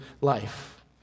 life